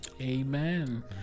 Amen